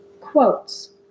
quotes